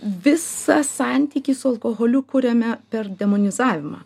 visą santykį su alkoholiu kuriame per demonizavimą